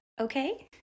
okay